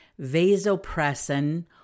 vasopressin